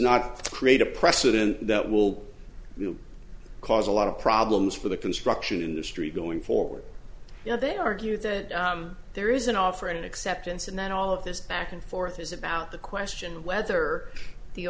not create a precedent that will cause a lot of problems for the construction industry going forward you know they argue that there is an offer and acceptance and then all of this back and forth is about the question of whether the